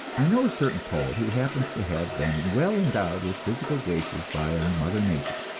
i know a certain poet, who happens to have been well-endowed with physical graces by our mother nature.